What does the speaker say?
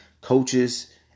coaches